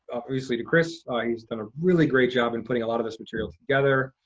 especially to kris. ah he's done a really great job in putting a lot of this material together.